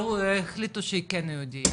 החליטו שהיא כן יהודייה,